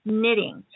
knitting